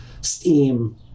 steam